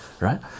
right